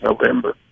November